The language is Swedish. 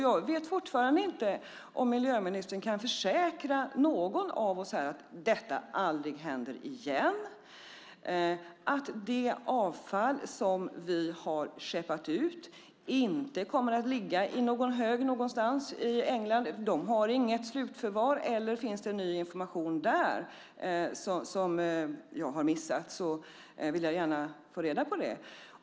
Jag vet fortfarande inte om miljöministern kan försäkra någon av oss här att detta aldrig händer igen, att det avfall som vi har skeppat ut inte kommer att ligga i någon hög någonstans i England. De har inget slutförvar. Eller finns det ny information som jag har missat? Då vill jag gärna få reda på det.